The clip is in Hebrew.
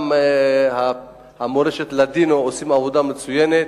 גם במועצת מורשת הלדינו עושים עבודה מצוינת.